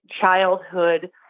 childhood